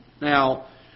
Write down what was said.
Now